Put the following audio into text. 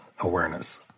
awareness